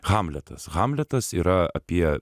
hamletas hamletas yra apie